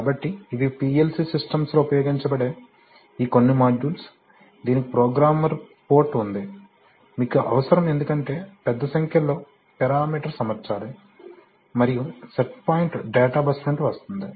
కాబట్టి ఇవి PLC సిస్టమ్స్లో ఉపయోగించబడే ఈ కొన్ని మాడ్యూల్స్ దీనికి ప్రోగ్రామర్ పోర్ట్ ఉంది మీకు అవసరం ఎందుకంటే పెద్ద సంఖ్యలో పారామీటర్స్ అమర్చాలి మరియు సెట్ పాయింట్ డేటా బస్ నుండి వస్తుంది